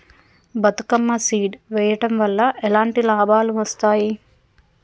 Bathukamma seed వెయ్యడం వల్ల ఎలాంటి లాభాలు వస్తాయి?